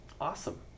Awesome